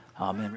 Amen